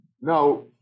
Now